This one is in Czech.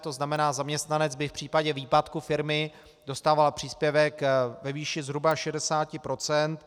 To znamená, zaměstnanec by v případě výpadku firmy dostával příspěvek ve výši zhruba 60 %.